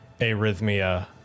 arrhythmia